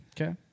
Okay